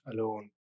alone